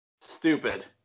Stupid